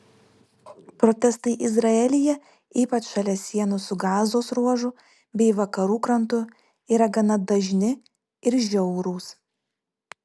protestai izraelyje ypač šalia sienų su gazos ruožu bei vakarų krantu yra gana dažni ir žiaurūs